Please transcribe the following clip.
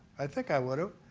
i think i would ah